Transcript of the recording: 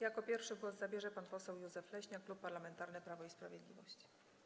Jako pierwszy głos zabierze pan poseł Józef Leśniak, Klub Parlamentarny Prawo i Sprawiedliwość.